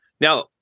Now